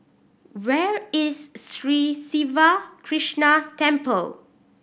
where is Sri Siva Krishna Temple